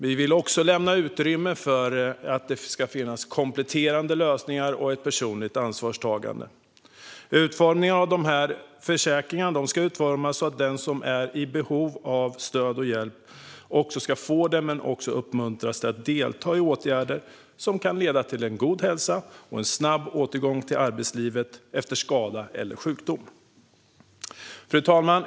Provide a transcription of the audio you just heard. Vi vill också lämna utrymme för kompletterande lösningar och ett personligt ansvarstagande. Försäkringarna ska utformas så att den som är i behov av stöd och hjälp ska få det men också uppmuntras till att delta i åtgärder som kan leda till en god hälsa och en snabb återgång till arbetslivet efter skada eller sjukdom. Fru talman!